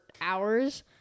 hours